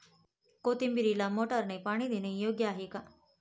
कोथिंबीरीला मोटारने पाणी देणे योग्य आहे का?